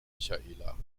michaela